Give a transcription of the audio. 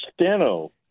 Steno